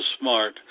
smart